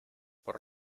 por